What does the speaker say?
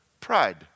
pride